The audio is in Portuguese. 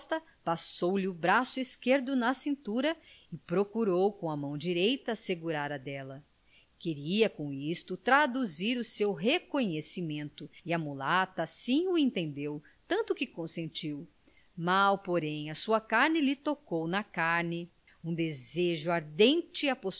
resposta passou-lhe o braço esquerdo na cintura e procurou com a mão direita segurar a dela queria com isto traduzir o seu reconhecimento e a mulata assim o entendeu tanto que consentiu mal porém a sua carne lhe tocou na carne um desejo ardente